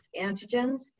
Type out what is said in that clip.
antigens